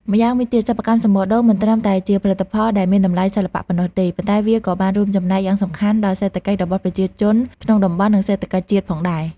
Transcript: ម្យ៉ាងវិញទៀត សិប្បកម្មសំបកដូង មិនត្រឹមតែជាផលិតផលដែលមានតម្លៃសិល្បៈប៉ុណ្ណោះទេ ប៉ុន្តែវាក៏បានរួមចំណែកយ៉ាងសំខាន់ដល់សេដ្ឋកិច្ចរបស់ប្រជាជនក្នុងតំបន់ និងសេដ្ឋកិច្ចជាតិផងដែរ។